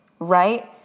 right